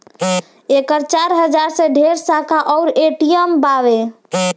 एकर चार हजार से ढेरे शाखा अउर ए.टी.एम बावे